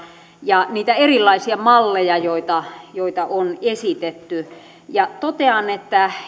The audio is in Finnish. ja niitä erilaisia malleja joita joita on esitetty totean että